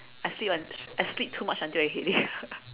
I sleep until I sleep too much until I headache